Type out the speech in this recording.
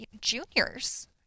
juniors